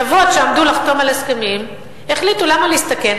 חברות שעמדו לחתום על הסכמים, החליטו: למה להסתכן?